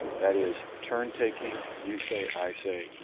that is turn taking, you say, i say,